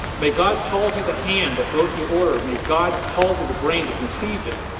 may god palsy the hand that wrote the order. may god palsy the brain that conceived it.